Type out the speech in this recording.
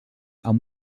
amb